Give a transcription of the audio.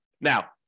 Now